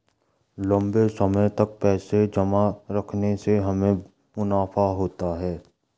लंबे समय तक पैसे जमा रखने से हमें मुनाफा होता है